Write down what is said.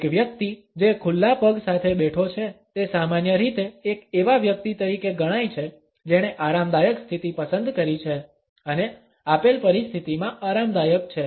એક વ્યક્તિ જે ખુલ્લા પગ સાથે બેઠો છે તે સામાન્ય રીતે એક એવા વ્યક્તિ તરીકે ગણાય છે જેણે આરામદાયક સ્થિતિ પસંદ કરી છે અને આપેલ પરિસ્થિતિમાં આરામદાયક છે